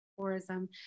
tourism